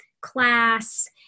class